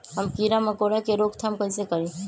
हम किरा मकोरा के रोक थाम कईसे करी?